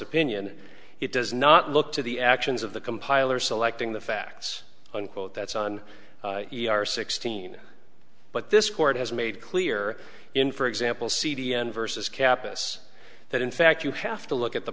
opinion it does not look to the actions of the compiler selecting the facts unquote that's on sixteen but this court has made clear in for example c d n versus capice that in fact you have to look at the